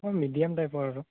অলপ মিডিয়াম টাইপৰ আৰু